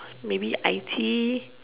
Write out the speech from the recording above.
maybe I T